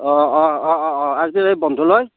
অ অ অ অ অ অ অ আৰু এই বন্ধু লৈ